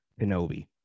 Kenobi